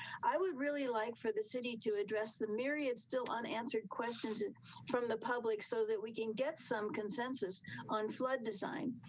i would really like for the city to address the myriad still unanswered questions. marki and from the public so that we can get some consensus on flood design,